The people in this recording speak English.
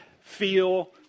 feel